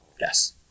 Yes